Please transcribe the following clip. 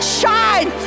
shine